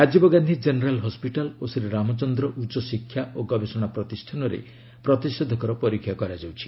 Rajiv Gandhi general hospital ଓ ଶ୍ରୀ ରାମଚନ୍ଦ୍ର ଉଚ୍ଚଶିକ୍ଷା ଓ ଗବେଷଣା ପ୍ରତିଷ୍ଠାନରେ ପ୍ରତିଷେଧକର ପରୀକ୍ଷା କରାଯାଉଛି